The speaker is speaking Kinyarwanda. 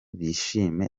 bishime